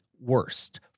worst